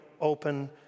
open